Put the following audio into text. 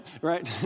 right